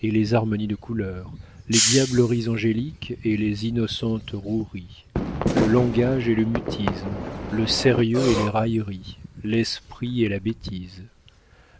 et les harmonies de couleurs les diableries angéliques et les innocentes roueries le langage et le mutisme le sérieux et les railleries l'esprit et la bêtise